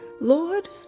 Lord